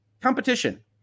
competition